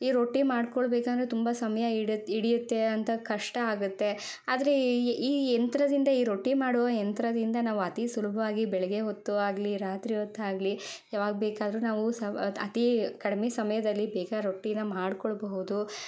ಈ ರೊಟ್ಟಿ ಮಾಡ್ಕೊಳ್ಬೇಕಂದ್ರೆ ತುಂಬ ಸಮಯ ಇಡತ್ತೆ ಹಿಡಿಯುತ್ತೆ ಅಂತ ಕಷ್ಟ ಆಗತ್ತೆ ಆದರೆ ಈ ಈ ಯಂತ್ರದಿಂದ ಈ ರೊಟ್ಟಿ ಮಾಡುವ ಯಂತ್ರದಿಂದ ನಾವು ಅತಿ ಸುಲಭವಾಗಿ ಬೆಳಿಗ್ಗೆ ಹೊತ್ತು ಆಗಲಿ ರಾತ್ರಿ ಹೊತ್ತಾಗಲಿ ಯಾವಾಗ ಬೇಕಾದರೂ ನಾವು ಸವ ಅತಿ ಕಡಿಮೆ ಸಮಯದಲ್ಲಿ ಬೇಗ ರೊಟ್ಟಿನ ಮಾಡ್ಕೊಳ್ಳಬಹುದು